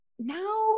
now